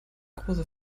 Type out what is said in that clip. große